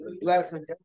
blessing